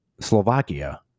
Slovakia